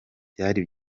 byari